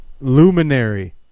Luminary